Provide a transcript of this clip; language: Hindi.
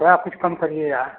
थोड़ा कुछ कम करिए यार